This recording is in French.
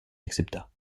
accepta